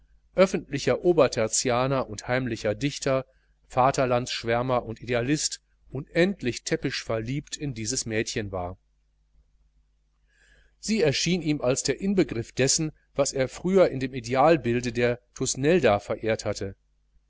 öffentlicher obertertianer und heimlicher dichter vaterlandsschwärmer und idealist unendlich täppisch verliebt in dieses mädchen war sie erschien ihm als der inbegriff dessen was er früher in dem idealbilde der thusnelda verehrt hatte